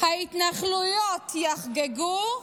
ההתנחלויות יחגגו,